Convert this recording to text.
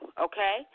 okay